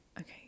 okay